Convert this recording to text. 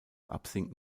absinken